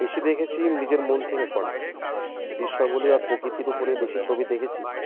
বেশি দেখেছি নিজের মন থেকে করা দৃশ্যাবলি আর প্রকৃতির উপরে বেশি ছবি দেখেছি